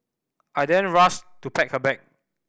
I then rushed to pack her bag